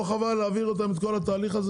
לא חבל להעביר אותם את כל התהליך הזה?